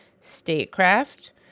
Statecraft